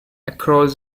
across